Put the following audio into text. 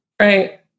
Right